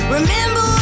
Remember